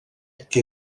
que